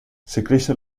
ciclista